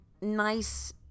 nice